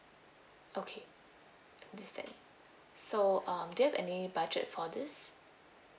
okay understand so um do you have any budget for this